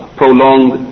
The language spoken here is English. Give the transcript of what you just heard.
prolonged